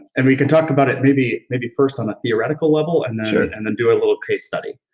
and we can talk about it maybe maybe first on a theoretical level, and and then do a little case study.